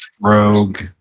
Rogue